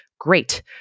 great